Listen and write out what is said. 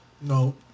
No